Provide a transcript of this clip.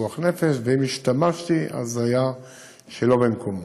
"פיקוח נפש", ואם השתמשתי זה היה שלא במקומו.